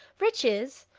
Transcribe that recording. riches!